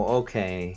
okay